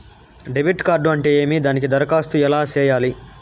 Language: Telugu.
డెబిట్ కార్డు అంటే ఏమి దానికి దరఖాస్తు ఎలా సేయాలి